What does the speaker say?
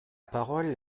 parole